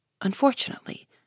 Unfortunately